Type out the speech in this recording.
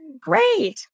great